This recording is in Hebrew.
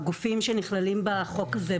הגופים שכללים בחוק הזה,